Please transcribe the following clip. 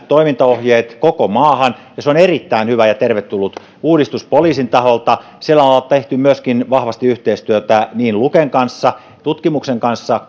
toimintaohjeet koko maahan ja se on erittäin hyvä ja tervetullut uudistus poliisin taholta siellä on tehty myöskin vahvasti yhteistyötä niin luken kanssa tutkimuksen kanssa